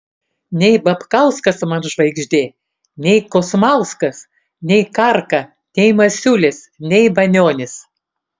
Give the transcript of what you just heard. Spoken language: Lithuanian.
nei babkauskas man žvaigždė nei kosmauskas nei karka nei masiulis nei banionis